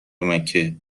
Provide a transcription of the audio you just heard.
مکه